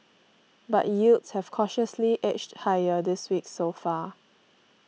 but yields have cautiously edged higher this week so far